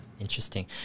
interesting